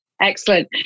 Excellent